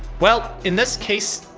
well, in this case,